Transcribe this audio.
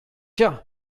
you